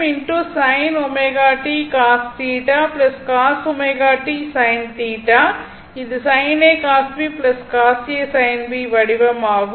இது sin A cos B cos A sin B வடிவம் ஆகும்